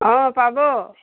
অঁ পাব